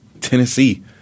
Tennessee